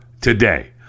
today